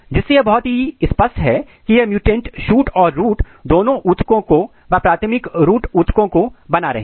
जिससे यह बहुत ही स्पष्ट है कि यह म्युटेंट शूट और रूट दोनों ऊतकों को व प्राथमिक रूट ऊतकों को बना रहे हैं